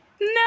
no